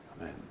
Amen